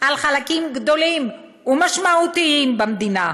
על חלקים גדולים ומשמעותיים במדינה: